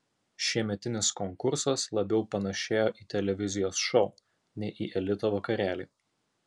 šiemetinis konkursas labiau panašėjo į televizijos šou nei į elito vakarėlį